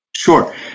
Sure